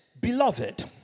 beloved